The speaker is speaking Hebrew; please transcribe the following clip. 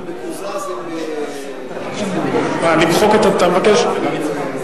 הוא קוזז עם, אתה מבקש למחוק.